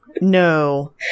No